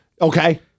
Okay